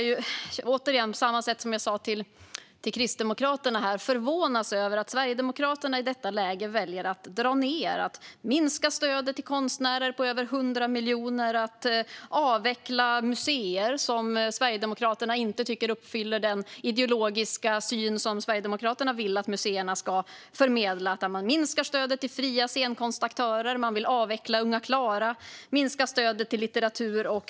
På samma sätt som jag sa till Kristdemokraterna kan jag säga att jag förvånas över att Sverigedemokraterna i detta läge väljer att dra ned. Man väljer att minska stödet till konstnärer med över 100 miljoner och att avveckla museer som Sverigedemokraterna inte tycker uppfyller den ideologiska syn som Sverigedemokraterna vill att museerna ska förmedla. Sverigedemokraterna vill minska stödet till konstnärer med över 100 miljoner och vill avveckla museer som de inte tycker uppfyller den ideologiska syn som de vill att museerna ska förmedla.